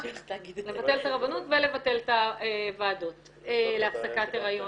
לבטל את הרבנות ולבטל את הוועדות להפסקת הריון.